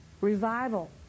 revival